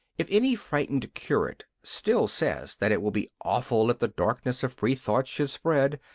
if any frightened curate still says that it will be awful if the darkness of free thought should spread,